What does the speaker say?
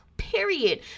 Period